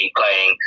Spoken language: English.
playing